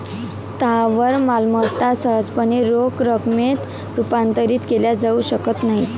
स्थावर मालमत्ता सहजपणे रोख रकमेत रूपांतरित केल्या जाऊ शकत नाहीत